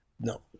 no